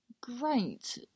great